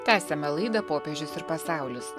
tęsiame laidą popiežius ir pasaulis